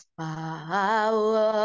power